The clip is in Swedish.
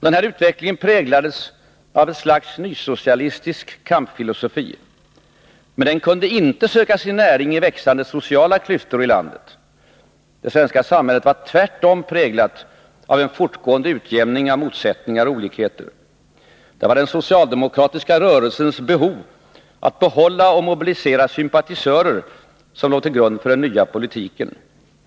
Denna utveckling präglades av ett slags nysocialistisk kampfilosofi, men den kunde inte söka sin näring i växande sociala klyftor i landet. Det svenska samhället var tvärtom präglat av en fortgående utjämning av motsättningar och olikheter. Det var den socialdemokratiska rörelsens behov att behålla och mobilisera sympatisörer som låg till grund för den nya politiken.